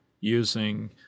using